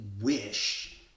wish